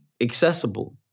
accessible